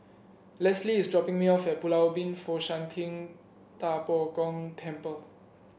Lesley is dropping me off at Pulau Ubin Fo Shan Ting Da Bo Gong Temple